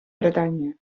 bretanya